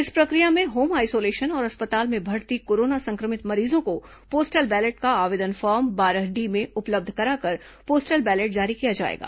इस प्रक्रिया में होम आइसोलेशन और अस्पताल में भर्ती कोरोना संक्रमित मरीजों को पोस्टल बैलेट का आवेदन फार्म बारह डी में उपलब्ध कराकर पोस्टल बैलेट जारी किया जाएगा